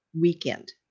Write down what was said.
weekend